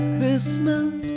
Christmas